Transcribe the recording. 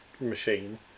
machine